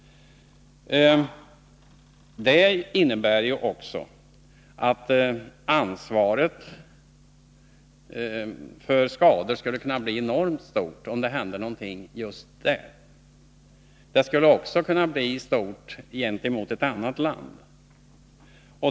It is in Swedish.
Detta innebär ju också att ansvaret för skador skulle bli enormt stort om det skulle hända någonting just där. Det skulle kunna bli stort gentemot ett annat land.